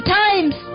times